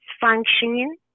functioning